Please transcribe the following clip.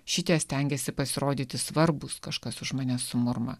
šitie stengiasi pasirodyti svarbūs kažkas už mane sumurma